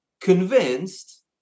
convinced